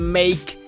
make